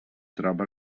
troba